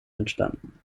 entstanden